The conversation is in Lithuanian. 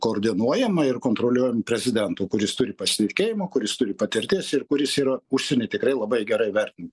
koordinuojama ir kontroliuojm prezidento kuris turi pasitikėjimo kuris turi patirties ir kuris yra užsieny tikrai labai gerai vertim